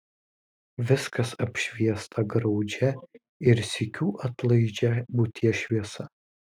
viskas apšviesta graudžia ir sykiu atlaidžia būties šviesa